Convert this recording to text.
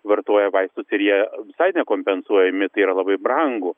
vartoja vaistus ir jie visai nekompensuojami tai yra labai brangu